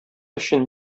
өчен